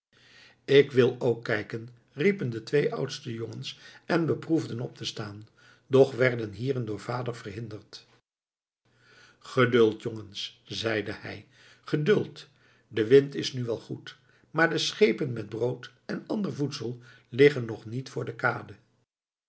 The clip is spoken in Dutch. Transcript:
ik wil ook kijken riepen de twee oudste jongens en beproefden op te staan doch werden hierin door vader verhinderd geduld jongens zei hij geduld de wind is nu wel goed maar de schepen met brood en ander voedsel liggen nog niet voor de kade